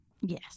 Yes